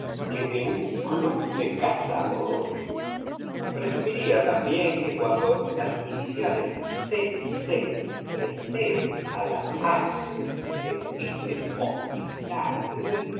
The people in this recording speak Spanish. que de un club do cazad ms p y pretambién que cuando las iniciales c c preceden a la h do este hospital